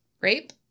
rape